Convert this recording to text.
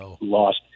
lost